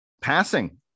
passing